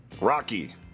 Rocky